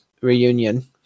reunion